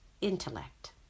intellect